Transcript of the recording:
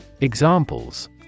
Examples